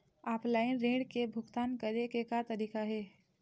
Offline ऋण के भुगतान करे के का तरीका हे?